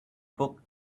book